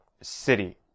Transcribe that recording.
city